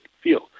feel